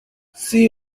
see